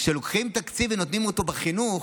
כשלוקחים תקציב ונותנים אותו בחינוך,